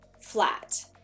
flat